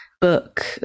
book